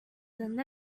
than